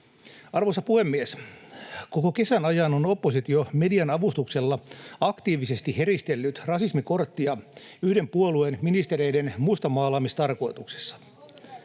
Arvoisa puhemies! Koko kesän ajan on oppositio median avustuksella aktiivisesti heristellyt rasismikorttia yhden puolueen ministereiden mustamaalaamistarkoituksessa.